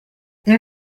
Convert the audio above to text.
این